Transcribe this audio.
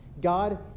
God